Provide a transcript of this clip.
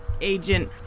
Agent